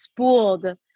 spooled